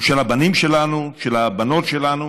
הוא של הבנים שלנו, של הבנות שלנו,